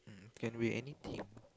can be anything